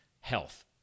health